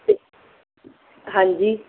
ਹਾਂਜੀ